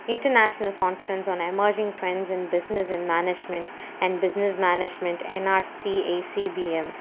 international conference on emerging trends in business in management and business management NRCACBM